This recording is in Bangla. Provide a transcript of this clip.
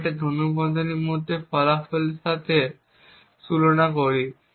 এবং এখানে ধনুর্বন্ধনীর মধ্যে ফলাফলের সাথে তুলনা করি